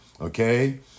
okay